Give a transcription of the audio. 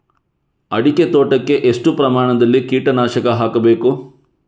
ಅಡಿಕೆ ತೋಟಕ್ಕೆ ಎಷ್ಟು ಪ್ರಮಾಣದಲ್ಲಿ ಕೀಟನಾಶಕ ಹಾಕಬೇಕು?